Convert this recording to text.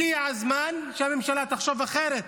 הגיע הזמן שהממשלה תחשוב אחרת,